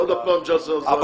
עוד הפעם ג'סר אל-זרקא.